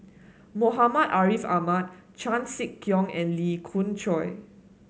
Muhammad Ariff Ahmad Chan Sek Keong and Lee Khoon Choy